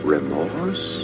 remorse